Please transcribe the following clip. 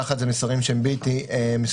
הודעה אחת זה מסרים שהם בלתי מסווגים.